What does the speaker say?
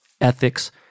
ethics